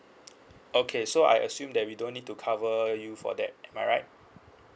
okay so I assume that we don't need to cover you for that am I right